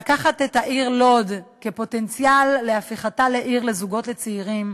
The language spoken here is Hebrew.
לקחת את העיר לוד כפוטנציאל להפיכתה לעיר לזוגות לצעירים.